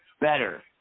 better